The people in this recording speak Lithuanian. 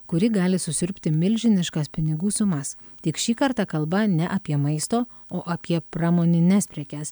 kuri gali susiurbti milžiniškas pinigų sumas tik šį kartą kalba ne apie maisto o apie pramonines prekes